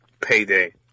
Payday